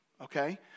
okay